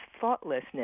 thoughtlessness